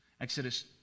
Exodus